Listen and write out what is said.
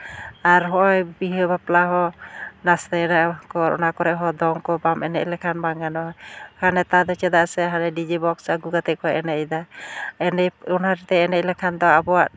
ᱟᱨ ᱦᱚᱸᱜᱼᱚᱭ ᱵᱤᱦᱟᱹ ᱵᱟᱯᱞᱟ ᱦᱚᱸ ᱱᱟᱥᱮᱱᱟᱜ ᱦᱚᱸ ᱚᱱᱟ ᱠᱚᱨᱮᱫ ᱦᱚᱸ ᱫᱚᱝ ᱵᱟᱢ ᱮᱱᱮᱡ ᱞᱮᱠᱷᱟᱱ ᱵᱟᱝ ᱜᱟᱱᱚᱜᱼᱟ ᱱᱮᱛᱟᱨ ᱫᱚ ᱪᱮᱫᱟᱜ ᱥᱮ ᱦᱟᱱᱮ ᱰᱤᱡᱮ ᱵᱚᱠᱥ ᱟᱹᱜᱩ ᱠᱟᱛᱮᱫ ᱠᱚ ᱮᱱᱮᱡ ᱮᱫᱟ ᱚᱱᱟᱛᱮ ᱮᱱᱮᱡ ᱞᱮᱠᱷᱟᱱ ᱫᱚ ᱟᱵᱚᱣᱟᱜ